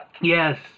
Yes